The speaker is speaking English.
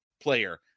player